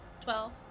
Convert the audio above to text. Twelve